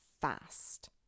fast